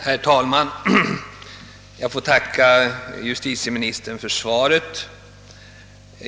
Herr talman! Jag får tacka justitieministern för svaret.